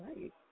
Right